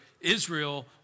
Israel